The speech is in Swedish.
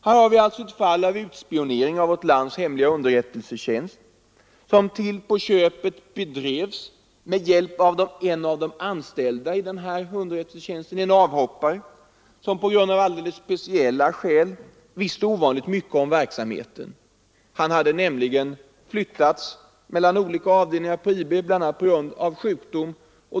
Här har vi alltså ett fall av utspionering av vårt lands hemliga underrättelsetjänst, som till på köpet bedrevs med hjälp av en av de anställda i denna underrättelsetjänst, en avhoppare, som av speciella skäl visste ovanligt mycket om verksamheten. Han hade nämligen flyttats mellan olika avdelningar inom IB bl.a. på grund av sjukdom.